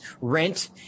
rent